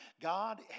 God